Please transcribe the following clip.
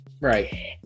Right